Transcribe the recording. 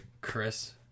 Chris